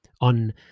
on